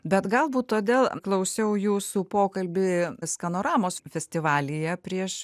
bet galbūt todėl klausiau jūsų pokalbį skanoramos festivalyje prieš